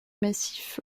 massif